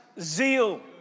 zeal